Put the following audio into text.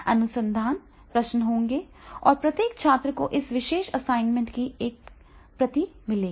अनुसंधान प्रश्न होंगे और प्रत्येक छात्र को इस विशेष असाइनमेंट की एक प्रति मिलेगी